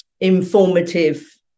informative